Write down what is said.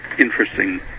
interesting